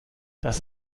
das